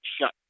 shut